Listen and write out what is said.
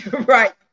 Right